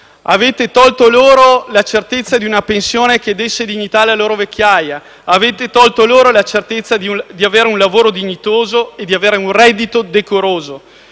Avete tolto loro la certezza di una pensione che desse dignità alla loro vecchiaia, avete tolto loro la certezza di avere un lavoro dignitoso e di avere un reddito decoroso.